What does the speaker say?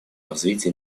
развития